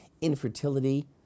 Infertility